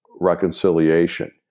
reconciliation